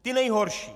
Ty nejhorší!